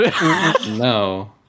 No